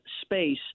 space –